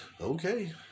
Okay